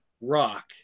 Rock